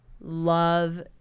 love